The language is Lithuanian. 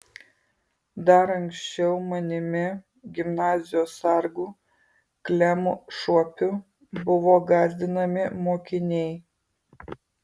dar anksčiau manimi gimnazijos sargu klemu šuopiu buvo gąsdinami mokiniai